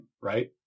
right